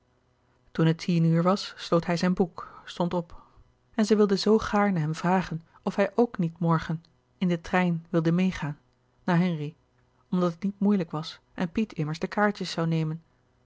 toen het tien uur was sloot hij zijn boek stond op en zij wilde zoo gaarne hem vragen of hij ook niet morgen in den trein wilde meêgaan naar henri omdat het niet moeilijk louis couperus de boeken der kleine zielen was en piet immers de kaartjes zoû nemen